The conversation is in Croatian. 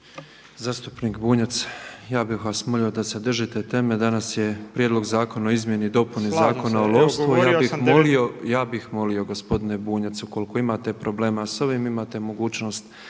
Zastupnik Bunjac, ja bih vas molio da se držite teme. Danas je Prijedlog zakona o izmjeni i dopuni Zakona o lovstvu i ja bih molio gospodina Bunjac ukoliko imate problema s ovim, imate mogućnost